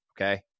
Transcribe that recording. okay